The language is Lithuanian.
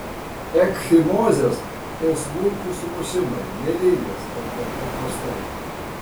ekchimozės tai smulkūs sumušimai mėlynės kalbant paprastai